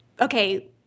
okay